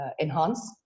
enhance